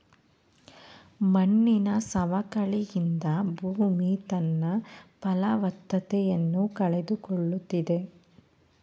ಮಣ್ಣಿನ ಸವಕಳಿಯಿಂದ ಭೂಮಿ ತನ್ನ ಫಲವತ್ತತೆಯನ್ನು ಕಳೆದುಕೊಳ್ಳುತ್ತಿದೆ